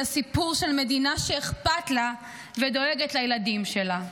הסיפור של מדינה שאכפת לה ודואגת לילדים שלה.